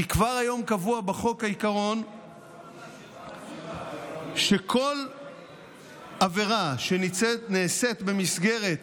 כי כבר היום קבוע בחוק העיקרון שכל עבירה שנעשית במסגרת